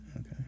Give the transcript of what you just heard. Okay